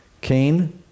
Cain